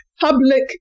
public